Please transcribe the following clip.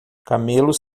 camelos